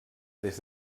des